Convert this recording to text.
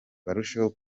barusheho